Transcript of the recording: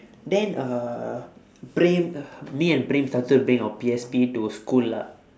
then uh praem me and praem started bringing our P_S_P to school lah